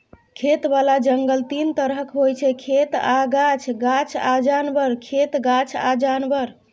खेतबला जंगल तीन तरहक होइ छै खेत आ गाछ, गाछ आ जानबर, खेत गाछ आ जानबर